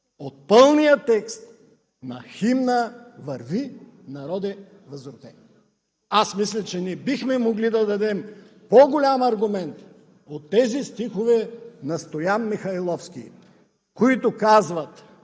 от пълния текст на химна „Върви, народе възродени“. Аз мисля, че не бихме могли да дадем по-голям аргумент от тези стихове на Стоян Михайловски, които казват: